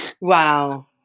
wow